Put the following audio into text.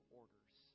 orders